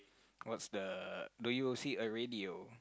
what's the do you see a radio